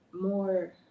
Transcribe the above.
more